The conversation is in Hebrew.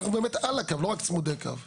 אנחנו באמת על הקו, לא רק צמודי קו.